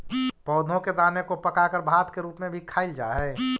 पौधों के दाने को पकाकर भात के रूप में भी खाईल जा हई